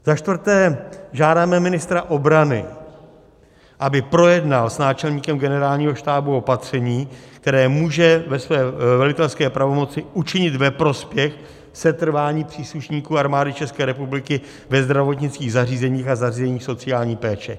Za čtvrté, žádáme ministra obrany, aby projednal s náčelníkem Generálního štábu opatření, které může ve své velitelské pravomoci učinit ve prospěch setrvání příslušníků Armády České republiky ve zdravotnických zařízeních a zařízeních sociální péče.